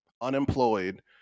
unemployed